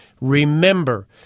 remember